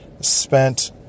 spent